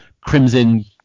crimson